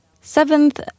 Seventh